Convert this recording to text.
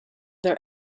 their